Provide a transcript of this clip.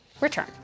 return